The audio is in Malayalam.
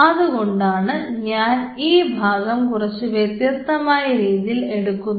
അതുകൊണ്ടാണ് ഞാൻ ഈ ഭാഗം കുറച്ച് വ്യത്യസ്തമായ രീതിയിൽ എടുക്കുന്നത്